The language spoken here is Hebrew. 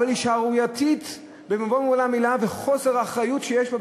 אבל היא שערורייתית במלוא מובן המילה בחוסר האחריות שיש בה,